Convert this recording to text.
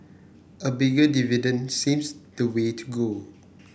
a bigger dividend seems the way to go